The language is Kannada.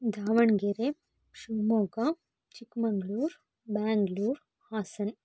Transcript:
ದಾವಣಗೆರೆ ಶಿವಮೊಗ್ಗ ಚಿಕ್ಕ್ಮಗ್ಳೂರು ಬೆಂಗ್ಳೂರು ಹಾಸನ